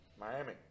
Miami